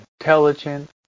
intelligent